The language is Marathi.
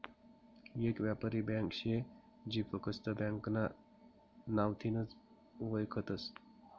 येक यापारी ब्यांक शे जी फकस्त ब्यांकना नावथीनच वयखतस